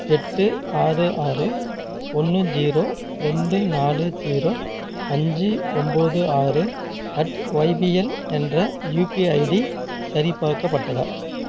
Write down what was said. எட்டு ஆறு ஆறு ஒன்று ஜீரோ ரெண்டு நாலு ஜீரோ அஞ்சு ஒம்போது ஆறு அட் ஒய்பிஎல் என்ற யுபிஐ ஐடி சரி பார்க்கப்பட்டதா